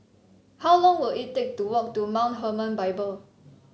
how long will it take to walk to Mount Hermon Bible